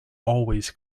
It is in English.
always